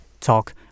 talk